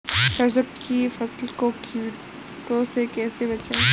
सरसों की फसल को कीड़ों से कैसे बचाएँ?